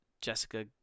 Jessica